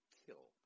kill